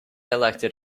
elected